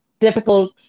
Difficult